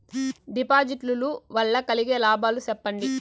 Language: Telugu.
డిపాజిట్లు లు వల్ల కలిగే లాభాలు సెప్పండి?